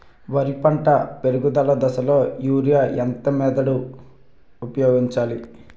వరి పంట పెరుగుదల దశలో యూరియా ఎంత మోతాదు ఊపయోగించాలి?